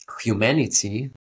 humanity